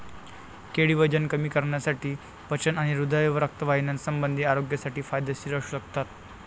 केळी वजन कमी करण्यासाठी, पचन आणि हृदय व रक्तवाहिन्यासंबंधी आरोग्यासाठी फायदेशीर असू शकतात